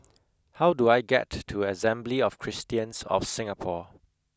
how do I get to Assembly of Christians of Singapore